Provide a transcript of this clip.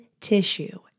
tissue